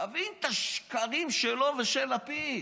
אתה מבין את השקרים שלו ושל לפיד?